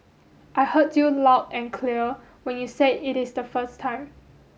I heard you loud and clear when you said it is the first time